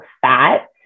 fat